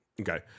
okay